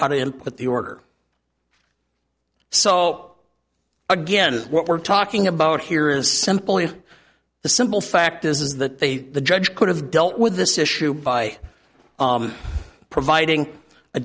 how to input the order so again what we're talking about here is simple and the simple fact is that they the judge could have dealt with this issue by providing a